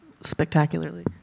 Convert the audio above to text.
spectacularly